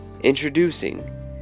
Introducing